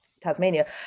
Tasmania